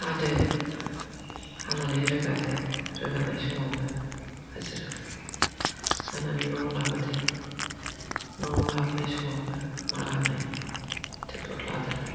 हादो हानानै रोगादो रोगानाय समावबो हाजिरा होनानै न'आव लाबोदो न'आव लाबोनाय समावबो मारा होनायाव ट्रेक्ट'र लादोलाय